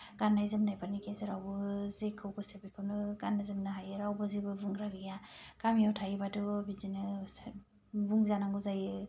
गाननाय जोमनायफोरनि गेजेरावबो जेखौ गोसो बेखौनो गाननो जोमनो हायो रावबो जेबो बुंग्रा गैया गामियाव थायोबा थ' बिदिनो बुंजानांगौ जायो